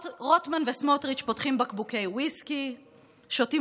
רוטמן וסמוטריץ' פותחים בקבוקי ויסקי ושותים